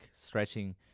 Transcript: stretching